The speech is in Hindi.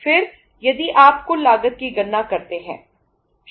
फिर यदि आप कुल लागत की गणना करते हैं